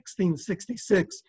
1666